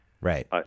Right